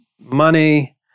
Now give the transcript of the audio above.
money